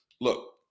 look